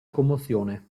commozione